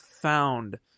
found